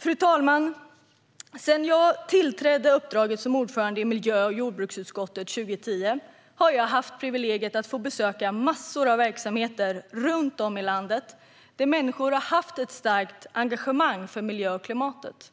Fru talman! Sedan jag tillträdde uppdraget som ordförande i miljö och jordbruksutskottet 2010 har jag haft privilegiet att få besöka massor av verksamheter runt om i landet där människor haft ett starkt engagemang för miljön och klimatet.